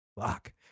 Fuck